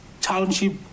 township